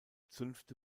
zünfte